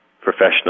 professional